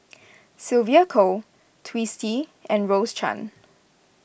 Sylvia Kho Twisstii and Rose Chan